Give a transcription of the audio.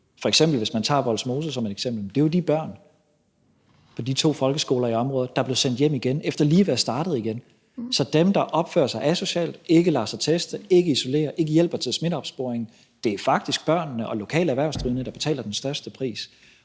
for tiden, hvis man tager Vollsmose som et eksempel? Det er jo de børn fra de to folkeskoler i området, der er blevet sendt hjem efter lige at være startet igen. Så til dem, der opfører sig asocialt, ikke lader sig teste, ikke isolerer sig og ikke hjælper til smitteopsporing, vil jeg sige, at det faktisk er børnene og de lokale erhvervsdrivende, der betaler den største pris,